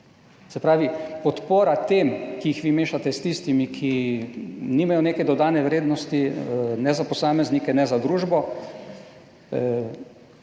Se pravi, podpora tem, ki jih vi mešate s tistimi, ki nimajo neke dodane vrednosti, ne za posameznike, ne za družbo,